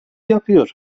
yapıyor